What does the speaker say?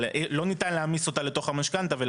אבל לא ניתן להעמיס אותה לתוך המשכנתא.